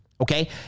okay